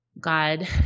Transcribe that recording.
God